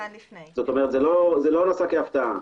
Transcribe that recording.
זה לא נעשה כהפתעה.